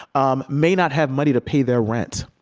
um may not have money to pay their rent,